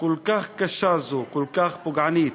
כל כך קשה זו, כל כך פוגענית.